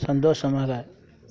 சந்தோஷமாக